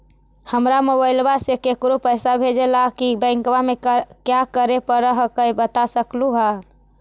हमरा मोबाइलवा से केकरो पैसा भेजे ला की बैंकवा में क्या करे परो हकाई बता सकलुहा?